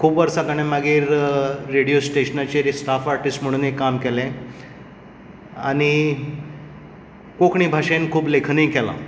खूब वर्सां ताणें मागीर रेडिओ स्टेशनाचेर स्टाफ आर्टिस्ट म्हणुनूय काम केलें आनी कोंकणी भाशेन खूब लेखनय केलां